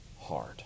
hard